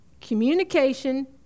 Communication